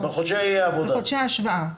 בחודשי ההשוואה.